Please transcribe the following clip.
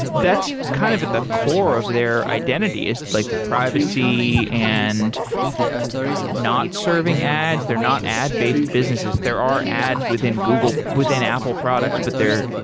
that's kind of at the core of their identity is like privacy and not serving ads. they're not ad-based businesses, there are ads within google, within apple products, but they're